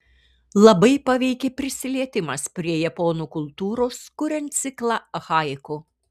labai paveikė prisilietimas prie japonų kultūros kuriant ciklą haiku